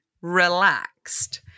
relaxed